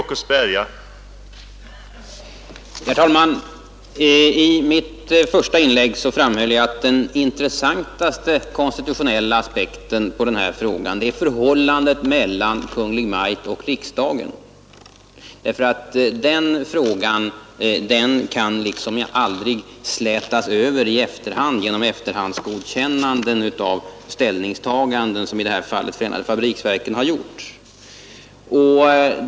Herr talman! I mitt första inlägg framhöll jag att den intressantaste konstitutionella aspekten på den här frågan är förhållandet mellan Kungl. Maj:t och riksdagen, därför att den frågan liksom aldrig kan slätas över genom efterhandsgodkännanden av ställningstaganden som i det här fallet förenade fabriksverken har gjort.